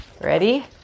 Ready